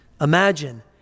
Imagine